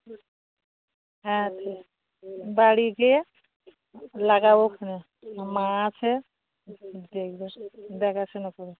হ্যাঁ বাড়ি গিয়ে লাগাবোখনে মা আছে দেখাশোনা করবে